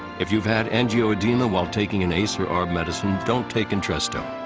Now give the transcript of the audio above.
if you've had angioedema while taking an ace or arb medicine, don't take entresto.